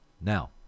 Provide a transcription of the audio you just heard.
now